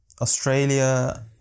Australia